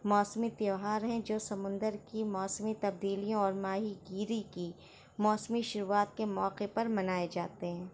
موسمی تہوار ہیں جو سمندر کی موسمی تبدیلیاں اور ماہی گیری کی موسمی شروعات کے موقع پر منائے جاتے ہیں